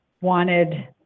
wanted